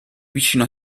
vicino